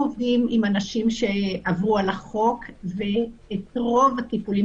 אנשים שעברו על החוק ואת רוב הטיפולים